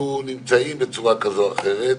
שנמצאים בצורה כזו או אחרת,